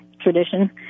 tradition